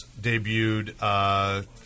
debuted